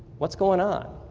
what's going on?